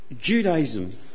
Judaism